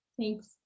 Thanks